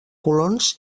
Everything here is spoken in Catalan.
colons